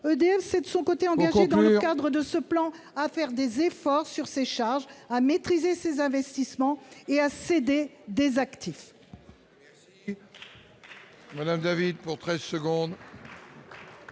EDF s'est, de son côté, engagée, dans le cadre de ce plan, à faire des efforts concernant ses charges, à maîtriser ses investissements et à céder des actifs.